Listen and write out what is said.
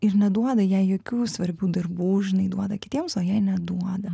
ir neduoda jokių svarbių darbų žinai duoda kitiems o jai neduoda